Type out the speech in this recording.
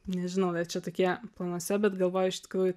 nežinau dar čia tokie planuose bet galvoju iš tikrųjų